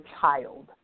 child